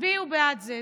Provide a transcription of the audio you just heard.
תצביעו בעד זה.